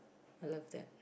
I love that